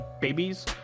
babies